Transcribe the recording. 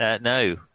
no